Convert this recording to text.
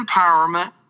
empowerment